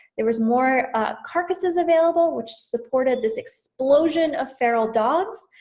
there was more a carcasses available, which supported this explosion of feral dogs,